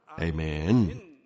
Amen